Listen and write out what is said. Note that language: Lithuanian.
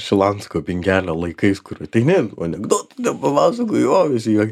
šilansko bingelio laikais kur ateini anekdotų ten papasakoji o visi juokia